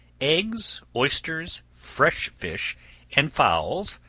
eggs, oysters, fresh fish and fowls,